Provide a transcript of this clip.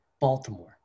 Baltimore